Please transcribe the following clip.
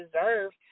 deserve